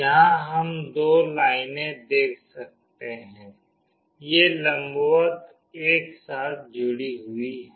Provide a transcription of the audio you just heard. यहाँ हम 2 लाइनें देख सकते हैं हैं ये लंबवत एक साथ जुड़ी हुई हैं